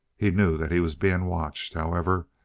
he knew that he was being watched, however,